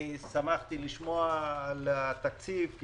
שמחתי לשמוע על תקציב.